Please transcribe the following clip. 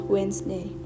Wednesday